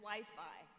Wi-Fi